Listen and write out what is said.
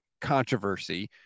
controversy